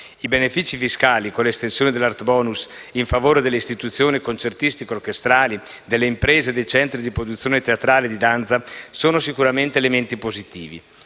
I benefici fiscali con l'estensione dell'*art bonus* in favore delle istituzioni concertistico-orchestrali, delle imprese e dei centri di produzione teatrale e di danza, sono sicuramente elementi positivi.